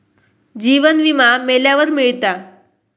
जीवन विमा मेल्यावर मिळता